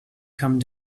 come